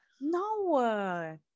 No